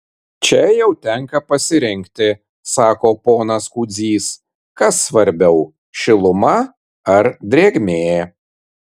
čia jau tenka pasirinkti sako ponas kudzys kas svarbiau šiluma ar drėgmė